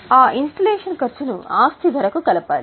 ఆ ఇన్స్టలేషన్ ఖర్చును ఆస్తి ధరకు కలపాలి